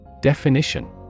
Definition